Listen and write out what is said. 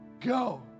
Go